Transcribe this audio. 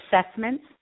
assessments